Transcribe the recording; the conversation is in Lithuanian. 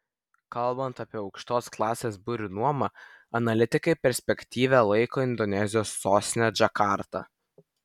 kalbant apie aukštos klasės biurų nuomą analitikai perspektyvia laiko indonezijos sostinę džakartą